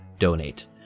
Donate